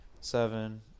seven